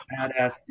badass